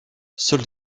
seuls